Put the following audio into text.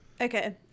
Okay